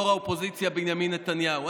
יו"ר האופוזיציה בנימין נתניהו.